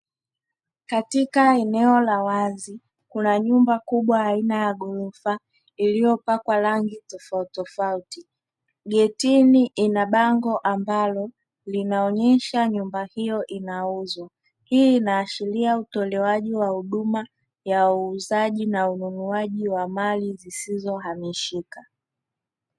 Katika eneo la wazi la nyumba kubwa aina ya ghorofa iliyopakwa rangi tofautitofauti, getini ina bango ambalo linaonyesha nyumba hiyo inauzwa hii inaashiria utolewaji wa huduma ya uuzaji na ununuaji wa mali zisizo hamishika.